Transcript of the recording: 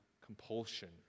compulsion